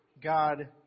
God